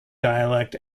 dialect